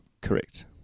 Correct